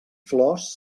flors